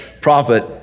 prophet